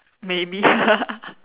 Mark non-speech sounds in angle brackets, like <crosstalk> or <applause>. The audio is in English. maybe <laughs>